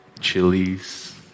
chilies